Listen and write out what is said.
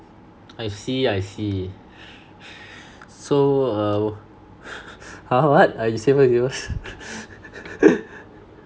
I see I see so err !huh! what uh you say first you say first